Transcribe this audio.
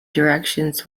directions